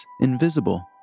invisible